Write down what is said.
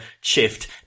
shift